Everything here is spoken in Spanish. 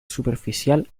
superficial